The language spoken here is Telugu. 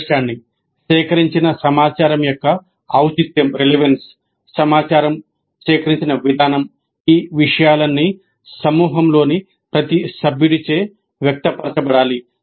అవగాహన సమాచారం సేకరించిన విధానం ఈ విషయాలన్నీ సమూహంలోని ప్రతి సభ్యుడిచే వ్యక్తపరచబడాలి